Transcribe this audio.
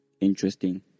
interesting